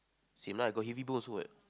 same lah I got heavy bone also what